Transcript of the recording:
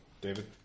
david